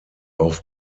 auf